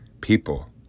people